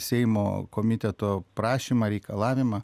seimo komiteto prašymą reikalavimą